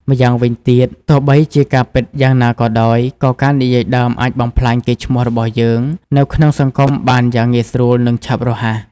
ម៉្យាងវិញទៀតទោះបីជាការពិតយ៉ាងណាក៏ដោយ ក៏ការនិយាយដើមអាច បំផ្លាញកេរ្តិ៍ឈ្មោះរបស់យើង នៅក្នុងសហគមន៍បានយ៉ាងងាយស្រួល និងឆាប់រហ័ស។